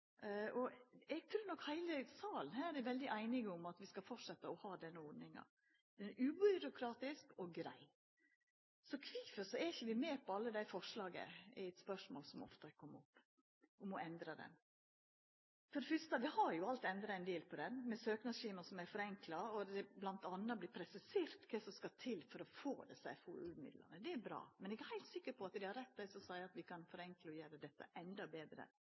ordning. Eg trur nok at alle i salen her er einige i at vi framleis skal ha denne ordninga. Ho er ubyråkratisk og grei. Så kvifor vi ikkje er med på alle forslaga om å endra ho er eit spørsmål som ofte kjem opp. For det første: Vi har allereie endra ein del på ho, med søknadsskjema som er forenkla, og det er bl.a. presisert kva som skal til for å få desse FoU-midlane. Det er bra. Men eg er heilt sikker på at dei har rett, dei som seier at vi kan forenkla og gjera dette endå betre